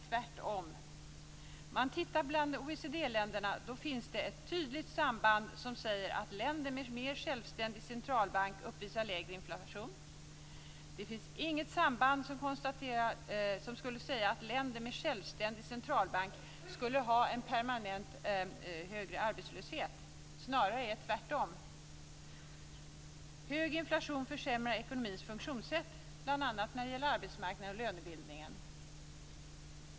När man tittar på OECD-länderna kan man se ett tydligt samband som säger att länder med mer självständig centralbank uppvisar lägre inflation. Det finns inget samband som säger att länder med självständig centralbank skulle ha en permanent högre arbetslöshet, snarare är det tvärtom. Hög inflation försämrar ekonomins funktionssätt bl.a. när det gäller arbetsmarknaden och lönebildningen.